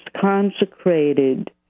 consecrated